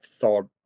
thought